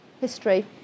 history